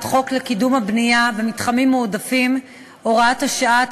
חוק לקידום הבנייה במתחמים מועדפים (הוראת שעה),